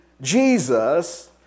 Jesus